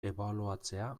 ebaluatzea